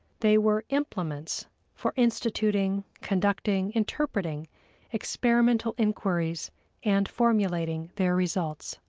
they were implements for instituting, conducting, interpreting experimental inquiries and formulating their results.